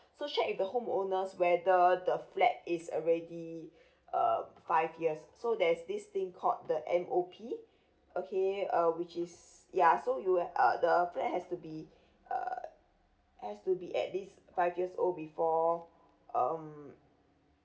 so check with the home owners whether the flat is already um five years so there's this thing called the M_O_P okay uh which is yeah so you uh the flat has to be uh has to be at least five years old before um